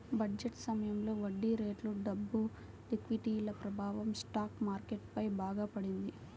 budget సమయంలో వడ్డీరేట్లు, డబ్బు లిక్విడిటీల ప్రభావం స్టాక్ మార్కెట్ పై బాగా పడింది